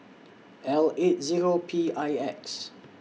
L eight Zero P I X